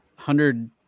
hundred